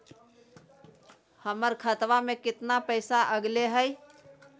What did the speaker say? हमर खतवा में कितना पैसवा अगले हई?